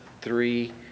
three